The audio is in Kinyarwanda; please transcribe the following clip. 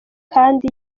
kandi